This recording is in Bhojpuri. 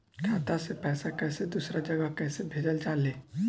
खाता से पैसा कैसे दूसरा जगह कैसे भेजल जा ले?